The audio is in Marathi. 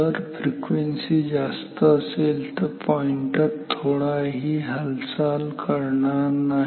जर फ्रिक्वेन्सी जास्त असेल तर पॉईंटर थोडाही हालचाल करणार नाही